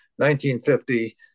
1950